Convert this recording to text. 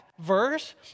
Verse